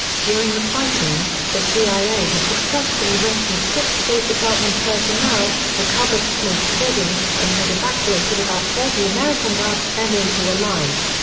during the fighting, the cia had successfully rescued six state department personnel, recovered smith's body, and had evacuated about thirty americans out of benghazi alive.